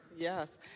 Yes